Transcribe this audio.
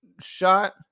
shot